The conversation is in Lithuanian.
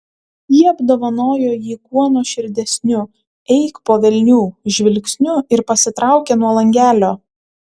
ji apdovanojo jį kuo nuoširdesniu eik po velnių žvilgsniu ir pasitraukė nuo langelio